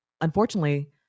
unfortunately